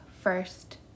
first